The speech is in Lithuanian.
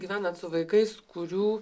gyvenat su vaikais kurių